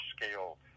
scale